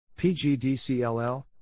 PGDCLL